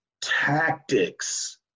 tactics